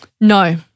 No